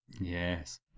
Yes